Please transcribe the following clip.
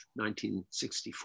1964